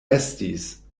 estis